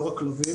לא רק כלבים.